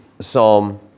psalm